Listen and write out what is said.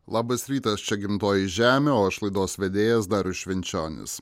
labas rytas čia gimtoji žemė o aš laidos vedėjas darius švenčionis